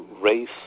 race